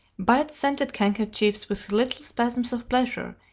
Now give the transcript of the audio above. bite scented handkerchiefs with little spasms of pleasure,